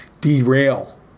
derail